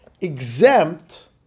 exempt